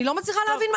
אני לא מצליחה להבין,